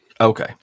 Okay